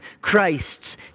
Christ's